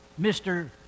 Mr